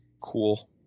cool